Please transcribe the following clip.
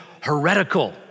heretical